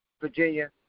Virginia